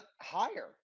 higher